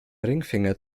ringfinger